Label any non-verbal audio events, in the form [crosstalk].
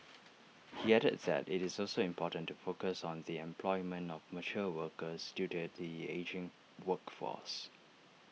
[noise] he added that IT is also important to focus on the employment of mature workers due to the ageing workforce